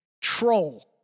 troll